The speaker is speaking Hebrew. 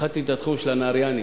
פחדתי שזה התחום של הנהריינים.